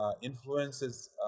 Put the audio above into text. influences